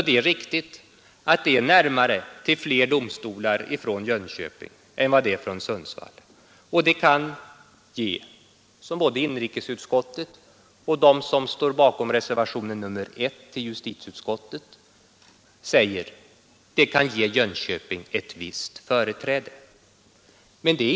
Det är riktigt att det är närmare till fler domstolar från Jönköping än från Sundsvall. Som både inrikesutskottet och de som står bakom reservationen 1 till justitieutskottet säger kan det ge Jönköping ett visst företräde.